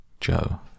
Joe